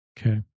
Okay